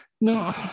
No